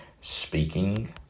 speaking